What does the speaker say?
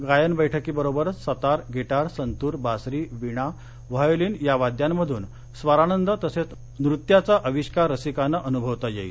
गायन बैठकीबरोबरच सतार गिटार संतूर बासरी वीणा व्हायोलिन यावाद्यांमधून स्वरानंद तसंच नृत्याचा आविष्कार रसिकांना अनुभवता येईल